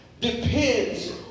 depends